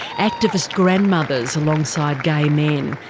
activist grandmothers alongside gay men,